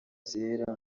byera